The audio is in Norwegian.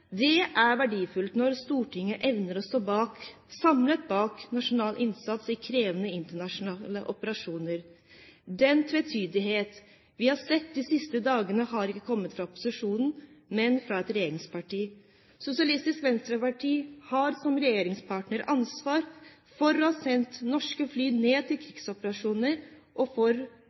Det er verdifullt når Stortinget evner å stå samlet bak nasjonal innsats i krevende internasjonale operasjoner. Den tvetydighet som vi har sett de siste dagene, har ikke kommet fra opposisjonen, men fra et regjeringsparti. Sosialistisk Venstreparti har som regjeringspartner ansvar for å ha sendt norske fly ned til krigsoperasjoner og for